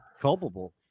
culpable